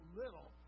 little